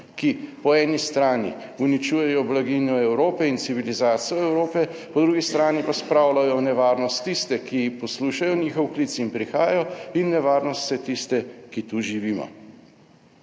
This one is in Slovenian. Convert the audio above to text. ki po eni strani uničujejo blaginjo Evrope in civilizacijo Evrope, po drugi strani pa spravljajo v nevarnost tiste, ki poslušajo njihov klic in prihajajo in nevarnost vse tiste, ki tu živimo.